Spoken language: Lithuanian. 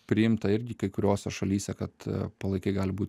priimta irgi kai kuriose šalyse kad palaikai gali būti